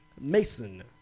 Mason